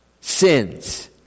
sins